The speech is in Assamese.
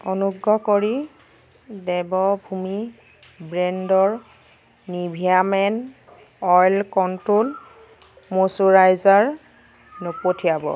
অনুগ্ৰহ কৰি দেৱভূমি ব্ৰেণ্ডৰ Nivea men oil control moisturiser নপঠিয়াব